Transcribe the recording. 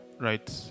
Right